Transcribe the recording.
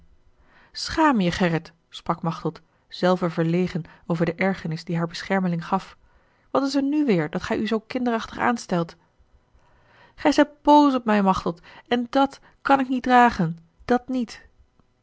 schaam je gerrit sprak machteld zelve verlegen over de ergernis die haar beschermeling gaf wat is er nu weêr dat gij u zoo kinderachtig aanstelt gij zijt boos op mij machteld en dàt kan ik niet dragen dat niet